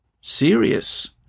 serious